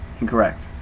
Incorrect